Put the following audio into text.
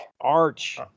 Arch